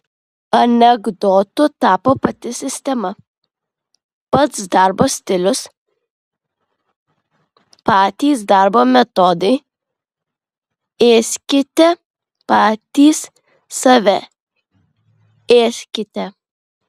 anekdotu tapo pati sistema pats darbo stilius patys darbo metodai ėskite patys save ėskite